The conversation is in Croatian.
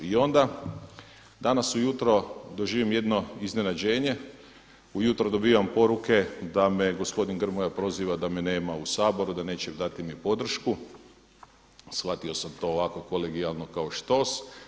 I onda danas ujutro doživim jedno iznenađenje, ujutro dobivam poruke da me gospodin Grmoja proziva da me nema u Saboru, da neće dati mi podršku, shvatio sam to ovako kolegijalno kao štos.